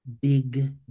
big